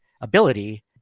ability